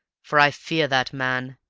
for i fear that man,